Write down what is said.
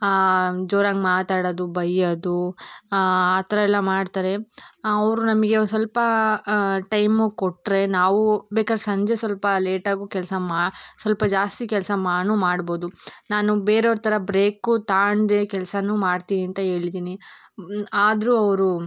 ಜೋರಾಗಿ ಮಾತಾಡೋದು ಬೈಯ್ಯೋದು ಆ ಥರ ಎಲ್ಲ ಮಾಡ್ತಾರೆ ಅವರು ನಮಗೆ ಒಂದು ಸ್ವಲ್ಪ ಟೈಮು ಕೊಟ್ಟರೆ ನಾವು ಬೇಕಾದ್ರೆ ಸಂಜೆ ಸ್ವಲ್ಪ ಲೇಟಾಗೂ ಕೆಲಸ ಮಾ ಸ್ವಲ್ಪ ಜಾಸ್ತಿ ಕೆಲಸ ಮಾನು ಮಾಡ್ಬೋದು ನಾನು ಬೇರೆಯವ್ರ ಥರ ಬ್ರೇಕು ತಾಣ್ದೆ ಕೆಲ್ಸ ಮಾಡ್ತೀನಿ ಅಂತ ಹೇಳಿದ್ದೀನಿ ಆದರೂ ಅವರು